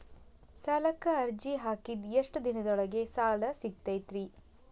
ಸಾಲಕ್ಕ ಅರ್ಜಿ ಹಾಕಿದ್ ಎಷ್ಟ ದಿನದೊಳಗ ಸಾಲ ಸಿಗತೈತ್ರಿ?